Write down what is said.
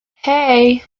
hey